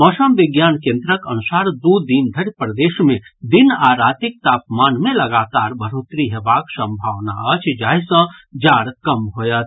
मौसम विज्ञान केन्द्रक अनुसार दू दिन धरि प्रदेश मे दिन आ रातिक तापमान मे लगातार बढ़ोतरी हेबाक सम्भावना अछि जाहि सँ जाड़ कम होयत